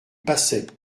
passait